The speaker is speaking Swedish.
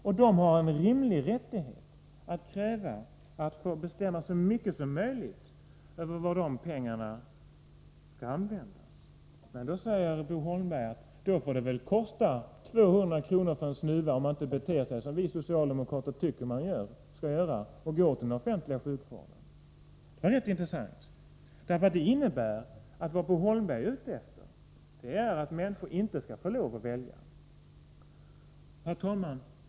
Och skattebetalarna har rätt att kräva att de skall få bestämma så mycket som möjligt över hur de pengarna skall användas. Bo Holmberg säger: Det får väl kosta 200 kr. för en snuva om man inte beter sig som vi socialdemokrater tycker att man skall göra och går till den offentliga sjukvården. Det är rätt intressant. Det innebär att Bo Holmberg är ute efter att människor inte skall få lov att välja. Herr talman!